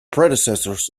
predecessors